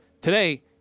today